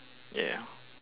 yeah